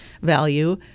value